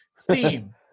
Theme